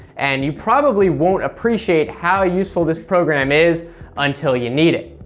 and you probably won't appreciate how useful this program is until you need it.